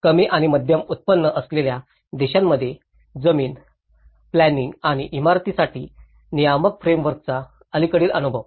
कमी आणि मध्यम उत्पन्न असलेल्या देशांमध्ये जमीन प्लॅनिंइंग आणि इमारतीसाठी नियामक फ्रेमवर्कचा अलिकडील अनुभव